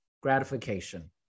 gratification